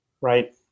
right